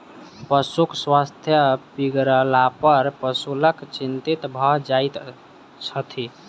पशुक स्वास्थ्य बिगड़लापर पशुपालक चिंतित भ जाइत छथि